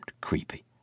creepy